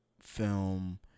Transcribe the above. film